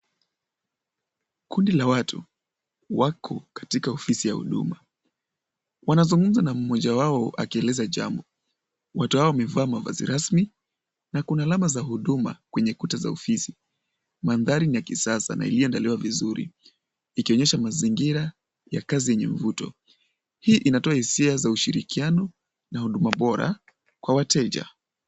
Kundi la watu, wako katika ofisi ya huduma. Wanazungumza na mmoja wao akieleza jambo. Watu hawa wamevaa mavazi rasmi na kuna alama za huduma kwenye kuta za ofisi. Mandhari ni ya kisasa na iliyoandaliwa vizuri, ikionyesha mazingira ya kazi yenye mvuto. Hii inatoa hisia za ushirikiano na huduma bora kwa wateja.